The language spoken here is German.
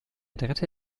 dritte